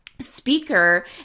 speaker